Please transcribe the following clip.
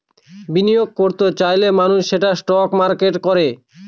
বিনিয়োগ করত চাইলে মানুষ সেটা স্টক মার্কেটে করে